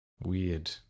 Weird